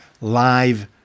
live